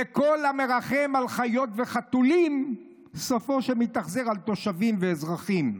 וכל המרחם על חיות וחתולים סופו שמתאכזר לתושבים ואזרחים.